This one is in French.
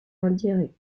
indirects